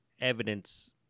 evidence